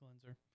cleanser